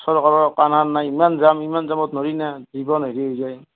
চৰকাৰৰ কাণসাৰ নাই ইমান জামত নৰি না জীৱন হেৰি হৈ যায়